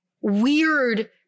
weird